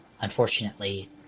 Unfortunately